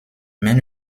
mais